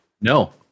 no